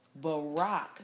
Barack